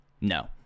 No